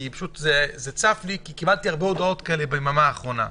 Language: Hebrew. כי קיבלתי הרבה הודעות כאלה ביממה האחרונה?